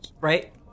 Right